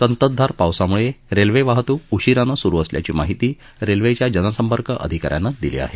संततधार पावसामुळे रेल्वे वाहतूक उशिरानं सुरू असल्याची माहिती रेल्वेच्या जनसंपर्क अधिकाऱ्यानं दिली आहे